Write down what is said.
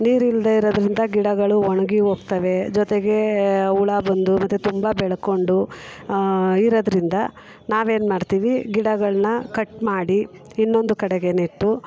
ನೀರು ಇಲ್ಲದೇ ಇರೋದರಿಂದ ಗಿಡಗಳು ಒಣಗಿ ಹೋಗ್ತವೆ ಜೊತೆಗೆ ಹುಳ ಬಂದು ಮತ್ತೆ ತುಂಬ ಬೆಳ್ಕೊಂಡು ಇರೋದ್ರಿಂದ ನಾವು ಏನು ಮಾಡ್ತೀವಿ ಗಿಡಗಳನ್ನ ಕಟ್ ಮಾಡಿ ಇನ್ನೊಂದು ಕಡೆಗೆ ನೆಟ್ಟು